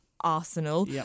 Arsenal